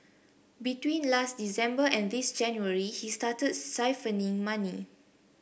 between last December and this January he started siphoning money